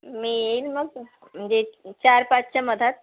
मी येईन मग म्हणजे चार पाचच्या मधात